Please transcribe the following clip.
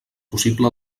possible